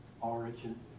origin